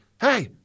Hey